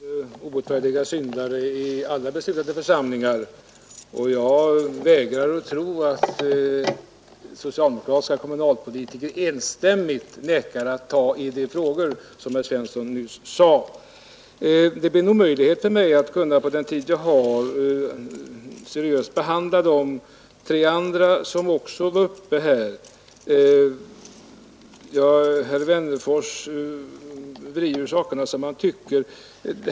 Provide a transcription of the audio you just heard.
Herr talman! Det finns obotfärdiga syndare i alla beslutande församlingar. Jag vägrar tro att socialdemokratiska kommunalpolitiker enständigt nekar att ta i de frågor som herr Svensson nyss nämnde. Det är en omöjlighet för mig att på den tid jag har till mitt förfogande seriöst bemöta de tre andra talare som yttrat sig här. Herr Wennerfors vrider sakerna som han tycker.